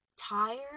tired